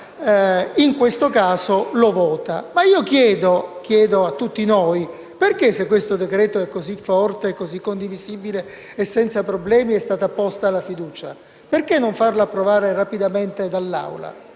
in questo caso lo voterà. Ma chiedo a tutti noi: perché, se questo decreto-legge è così forte, condivisibile e senza problemi, è stata posta la fiducia? Perché non farlo approvare rapidamente dall'Assemblea?